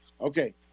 Okay